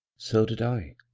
so did i,